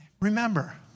Remember